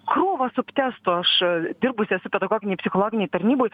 krūva subtestų aš dirbus esu pedagoginėj psichologinėj tarnyboj